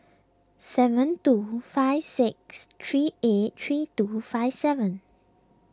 seven two five six three eight three two five seven